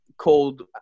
called